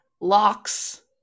locks